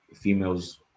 females